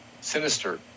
sinister